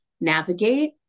navigate